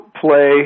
play